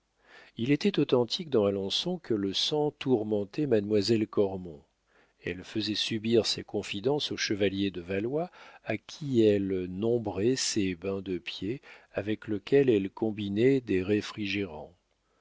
il était authentique dans alençon que le sang tourmentait mademoiselle cormon elle faisait subir ses confidences au chevalier de valois à qui elle nombrait ses bains de pieds avec lequel elle combinait des